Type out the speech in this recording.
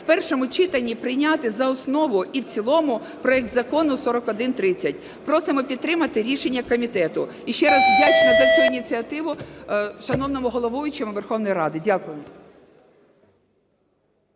в першому читанні прийняти за основу і в цілому проект Закону 4130. Просимо підтримати рішення комітету. І ще раз вдячна за ініціативу шановному головуючому Верховної Ради. Дякую.